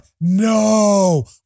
No